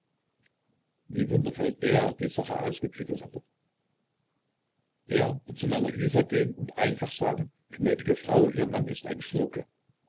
wie wundervoll der die sache ausgeklügelt hatte er wird zu meiner isa gehen und ihr einfach sagen gnädige frau ihr mann ist ein schurke